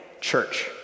church